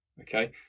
Okay